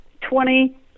twenty